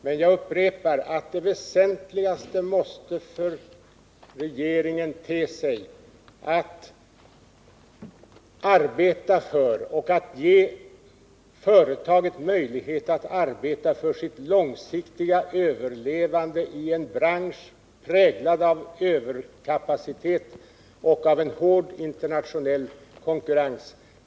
Men jag upprepar att det väsentliga för regeringen måste vara att försöka ge företaget möjligheter att arbeta för ett långsiktigt överlevande i en bransch som präglas av överkapacitet och en hård internationell konkurrens.